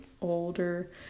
older